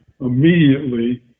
immediately